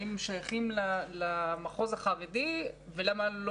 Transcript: האם הם שייכים למחוז החרדי ולמה הם לא